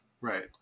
Right